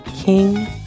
king